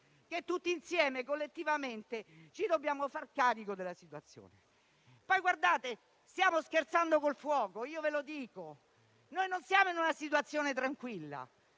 che tutti insieme, collettivamente, ci dobbiamo far carico della situazione. Colleghi, stiamo scherzando col fuoco. Non siamo in una situazione tranquilla.